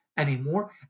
Anymore